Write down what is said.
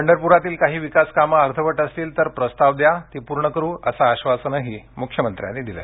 पंढरप्रातील काही विकास कामे अर्धवट असतील तर प्रस्ताव द्या ती पूर्ण करू असे आश्वासनही त्यांनी दिले